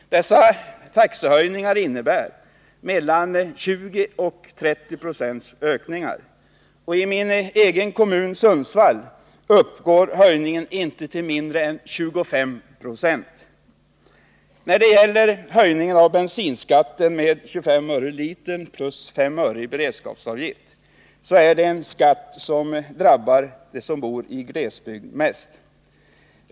Dessa taxehöjningar innebär ökningar på mellan 20 och 30 96. I min egen kommun — Sundsvall — uppgår höjningen till inte mindre än 25 9. När det gäller höjningen av bensinskatten med 25 öre per liter plus 5 öre i beredskapsavgift, så är det en skatt som drabbar dem som bor i glesbygd mest.